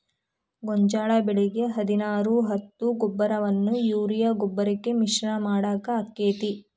ಗೋಂಜಾಳ ಬೆಳಿಗೆ ಹದಿನಾರು ಹತ್ತು ಗೊಬ್ಬರವನ್ನು ಯೂರಿಯಾ ಗೊಬ್ಬರಕ್ಕೆ ಮಿಶ್ರಣ ಮಾಡಾಕ ಆಕ್ಕೆತಿ?